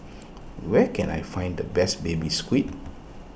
where can I find the best Baby Squid